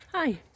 Hi